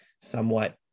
somewhat